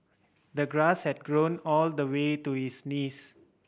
the grass had grown all the way to his knees